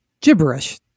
gibberish